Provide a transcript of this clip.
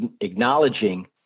acknowledging